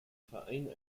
verein